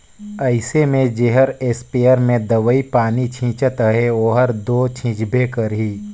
अइसे में जेहर इस्पेयर में दवई पानी छींचत अहे ओहर दो छींचबे करही